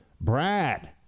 brad